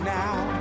now